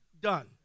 done